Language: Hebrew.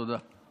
תודה.